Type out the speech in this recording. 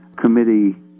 committee